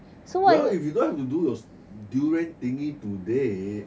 well if you don't have to do your durian thingy today